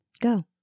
Go